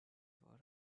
four